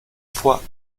fois